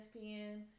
ESPN